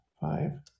Five